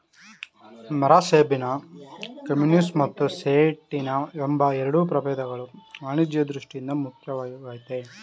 ಮರಸೇಬಿನ ಕಮ್ಯುನಿಸ್ ಮತ್ತು ಸೇಟಿನ ಎಂಬ ಎರಡು ಪ್ರಭೇದಗಳು ವಾಣಿಜ್ಯ ದೃಷ್ಠಿಯಿಂದ ಮುಖ್ಯವಾಗಯ್ತೆ